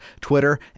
Twitter